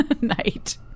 night